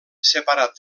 separat